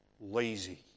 lazy